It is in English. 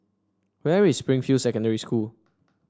where is Springfield Secondary School